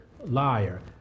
liar